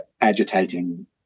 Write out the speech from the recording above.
agitating